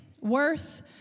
Worth